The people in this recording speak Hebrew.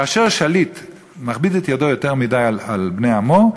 כאשר שליט מכביד את ידו יותר מדי על בני עמו,